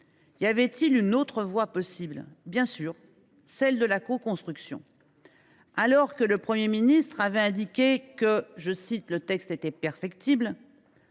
Y avait il une autre voie possible ? Bien sûr ! Celle de la coconstruction. Alors que le Premier ministre avait indiqué que le PLFSS était « perfectible »,